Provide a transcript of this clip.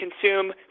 consume